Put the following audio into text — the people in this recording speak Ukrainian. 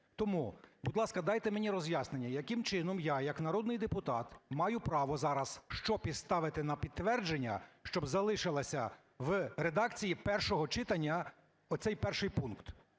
Тому, будь ласка, дайте мені роз'яснення, яким чином я як народний депутат маю право зараз що поставити на підтвердження, щоб залишилася в редакції першого читання оцей перший пункт.